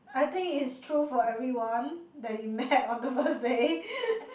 I think it's true for everyone that you met on the first day